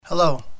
Hello